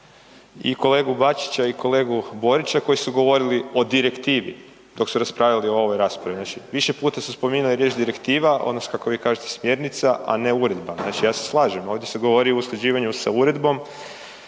i kolegu Bačića i kolegu Borića koji su govorili o direktivi dok su raspravljali o ovoj raspravi. Više puta su spominjali riječ direktiva odnosno kako vi kažete smjernica, a ne uredba. Znači ja se slažem ovdje se govori o usklađivanju sa uredbom